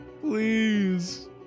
please